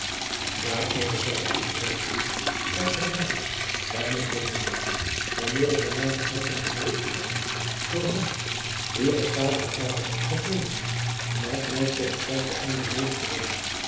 daarover zeide ambrosius valt helaas weinig te roemen wanneer ik door mijne eigene geloofsgenooten door hen wier gestadige arbeid het wezen moest met mij tot hetzelfde einde mede te werken